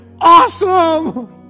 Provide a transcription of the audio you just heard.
awesome